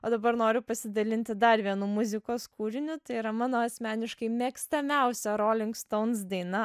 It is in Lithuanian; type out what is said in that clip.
o dabar noriu pasidalinti dar vienu muzikos kūriniu tai yra mano asmeniškai mėgstamiausia rolling stones daina